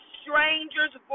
stranger's